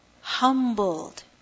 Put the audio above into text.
Humbled